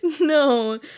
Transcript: No